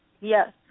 Yes